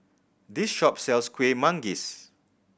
this shop sells Kueh Manggis